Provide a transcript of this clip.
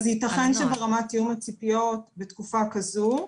אז ייתכן שברמת תיאום הציפיות בתקופת כזו,